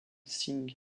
singh